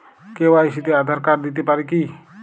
KYC তে Aadhaar card দিতে পারি কি?